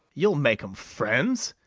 you'll make em friends!